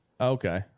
Okay